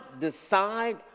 decide